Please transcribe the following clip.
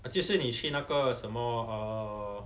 啊就是你去那个什么 um